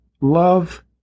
love